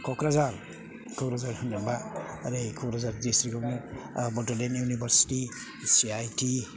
क'क्राझार क'क्राझार होनोबा ओरै Kokrajhar district Bodoland university C I T